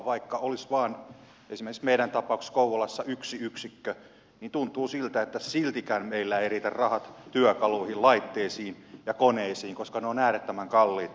vaikka esimerkiksi meidän tapauksessamme kouvolassa on vain yksi yksikkö niin tuntuu siltä että siltikään meillä eivät riitä rahat työkaluihin laitteisiin ja koneisiin koska ne ovat äärettömän kalliita